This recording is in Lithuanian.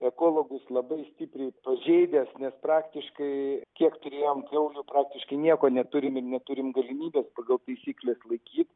ekologus labai stipriai pažeidęs nes praktiškai kiek turėjom kiaulių praktiškai nieko neturim ir neturim galimybės pagal taisykles laikyt